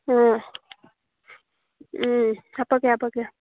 ꯑ ꯎꯝ ꯍꯥꯞꯄꯛꯀꯦ ꯍꯥꯞꯄꯛꯀꯦ